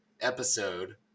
episode